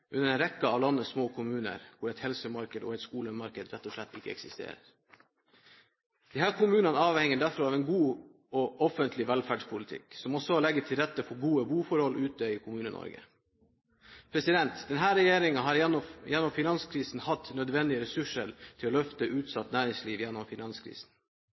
en rekke av landets små kommuner, hvor et helsemarked og et skolemarked rett og slett ikke eksisterer. Disse kommunene avhenger derfor av en god og offentlig velferdspolitikk som også må legge til rette for gode boforhold ute i Kommune-Norge. Denne regjeringen har gjennom finanskrisen hatt nødvendige ressurser til å løfte utsatt næringsliv gjennom finanskrisen.